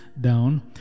down